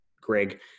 Greg